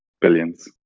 billions